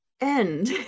end